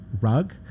rug